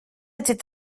était